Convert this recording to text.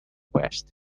west